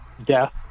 Death